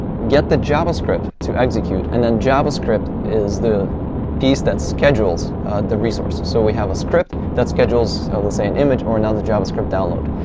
get the javascript to executive, and then javascript is the piece that schedules the resources. so we have a script that schedules, let's say, an image or another javascript download.